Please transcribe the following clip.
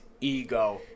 ego